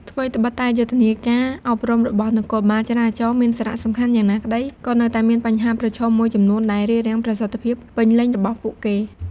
ថ្វីដ្បិតតែយុទ្ធនាការអប់រំរបស់នគរបាលចរាចរណ៍មានសារៈសំខាន់យ៉ាងណាក្តី ក៏នៅតែមានបញ្ហាប្រឈមមួយចំនួនដែលរារាំងប្រសិទ្ធភាពពេញលេញរបស់ពួកគេ។